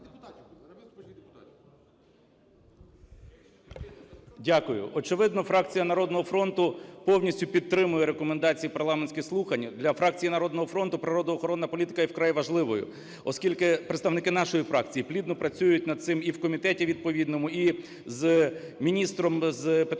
Дякую. Очевидно, фракція "Народного фронту" повністю підтримує рекомендації парламентських слухань. Для фракції "Народного фронту" природоохоронна політика є вкрай важливою, оскільки представники нашої фракції плідно працюють над цим і в комітеті відповідному, і з міністром з питань